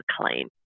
claim